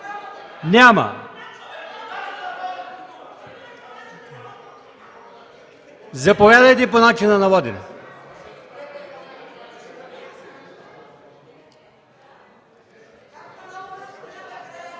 Няма. Заповядайте по начина на водене.